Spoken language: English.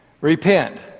repent